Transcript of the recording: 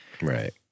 Right